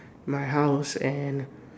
my house and